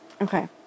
okay